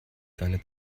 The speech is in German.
seine